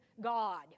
god